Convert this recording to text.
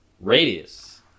radius